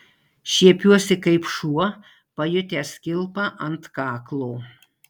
šiepiuosi kaip šuo pajutęs kilpą ant kaklo